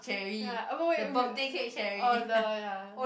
ya ah wait wait we oh the ya